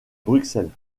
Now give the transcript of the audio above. bruxelles